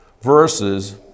verses